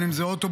אם זה אוטובוס,